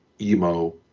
emo